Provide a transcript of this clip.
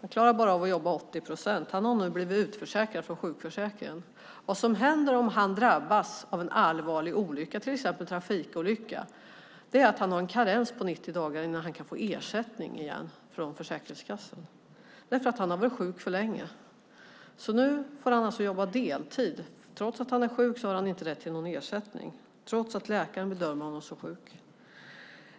Han klarar bara av att jobba 80 procent. Han har nu blivit utförsäkrad från sjukförsäkringen. Vad som händer om han drabbas av en allvarlig olycka, till exempel en trafikolycka, är att han har en karens på 90 dagar innan han kan få ersättning från Försäkringskassan igen, eftersom han har varit sjuk för länge. Nu får han alltså jobba deltid. Trots att han är sjuk har han inte rätt till någon ersättning - trots att läkaren bedömer honom som sjuk.